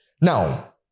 Now